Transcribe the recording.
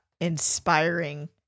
Inspiring